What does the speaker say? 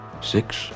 Six